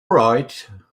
right